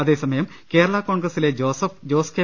അതേസമയം കേരളാ കോൺഗ്രസിലെ ജോസഫ് ജോസ് കെ